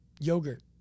yogurt